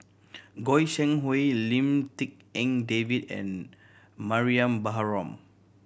Goi Seng Hui Lim Tik En David and Mariam Baharom